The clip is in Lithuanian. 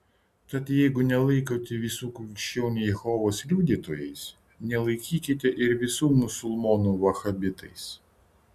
tad jeigu nelaikote visų krikščionių jehovos liudytojais nelaikykite ir visų musulmonų vahabitais